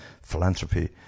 philanthropy